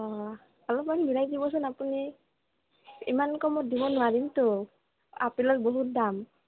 অঁ অলপমান মিলাই দিবচোন আপুনি ইমান কমত দিব নোৱাৰিমটো আপেলৰ বহুত দাম